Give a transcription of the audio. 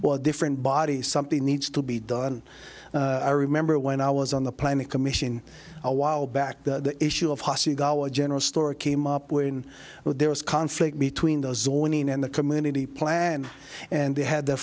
what different body something needs to be done i remember when i was on the planning commission a while back the issue of hasegawa general store came up when there was conflict between those zoning and the community plan and they had the